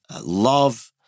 love